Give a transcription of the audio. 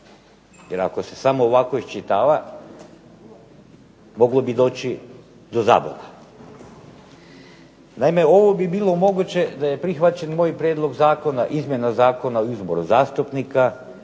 jer ako se samo ovako iščitava, moglo bi doći do zabuna. Naime ovo bi bilo moguće da je prihvaćen moj prijedlog zakona, izmjena Zakona o izboru zastupnika,